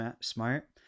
smart